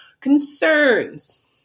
concerns